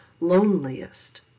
loneliest